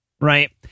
right